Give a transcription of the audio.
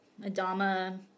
Adama